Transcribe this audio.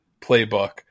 playbook